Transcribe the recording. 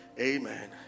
Amen